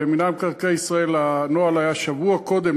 במינהל מקרקעי ישראל הנוהל היה ששבוע קודם,